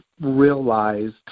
realized